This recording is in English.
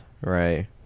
right